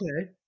okay